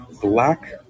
Black